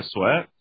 Sweat